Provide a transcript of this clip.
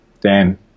Dan